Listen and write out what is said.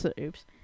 Oops